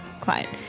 quiet